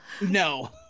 No